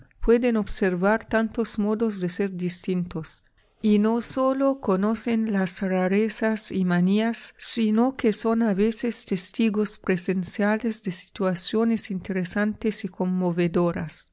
pueden observar tantos modos de ser distintos y no sólo conocen las rarezas y manías sino que son a veces testigos presenciales de situaciones interesantes y conmovedoras